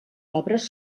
obres